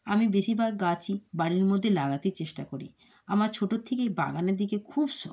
আমি বেশিরভাগ গাছই বাড়ির মধ্যে লাগাতে চেষ্টা করি আমার ছোটর থেকেই বাগানের দিকে খুব শখ